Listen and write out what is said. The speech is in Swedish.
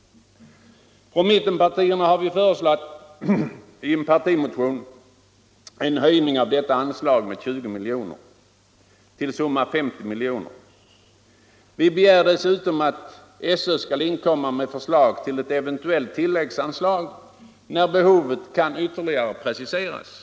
Mittenpartierna har i en partimotion föreslagit en höjning av detta anslag med 20 milj.kr. till 50 milj.kr. Vi begär dessutom att SÖ skall inkomma med förslag till ett eventuellt tilläggsanslag när behovet kan ytterligare preciseras.